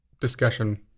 discussion